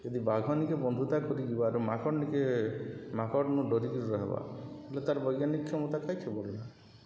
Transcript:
ଯଦି ବାଘନିକେ ବନ୍ଧୁତା କରିଯିବା ମାଙ୍କଡନିକେ ମାଙ୍କଡ ନୁ ଡରିକିରି ରହେବା ହେଲେ ତାର ବୈଜ୍ଞାନିକ କ୍ଷମତା କାଇସେ ବଡ଼୍ଲା